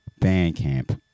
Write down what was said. Bandcamp